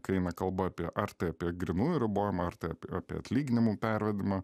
kai eina kalba apie ar tai apie grynųjų ribojimą ar tai apie apie atlyginimų pervedimą